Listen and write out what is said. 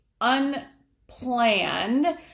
unplanned